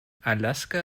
alaska